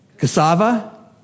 Cassava